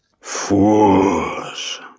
Fools